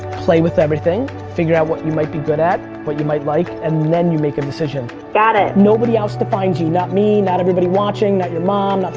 play with everything, figure out what you might be good at, what you might like, and then you make a decision. got it. nobody else defines you, not me, not everybody watching, not your mom, not